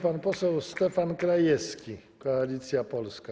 Pan poseł Stefan Krajewski, Koalicja Polska.